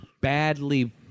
badly